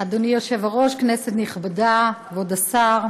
אדוני היושב-ראש, כנסת נכבדה, כבוד השר,